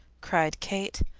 cried kate.